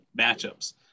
matchups